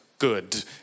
good